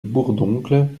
bourdoncle